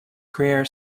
career